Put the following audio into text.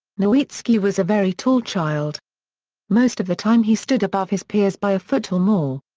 nowitzki was a very tall child most of the time he stood above his peers by a foot or more.